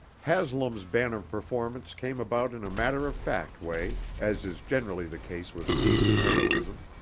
haslam's banner performance came about in a matter-of-fact way, as is generally the case with deeds of heroism.